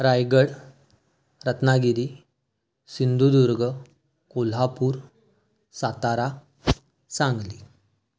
Raigad Ratnagiri Sindhudurg Kolhapur Satara Sangli